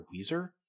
Weezer